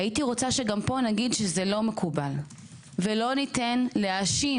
והייתי רוצה שגם פה נגיד שזה לא מקובל ולא ניתן להאשים